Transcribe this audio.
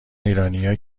ایرانیا